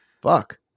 fuck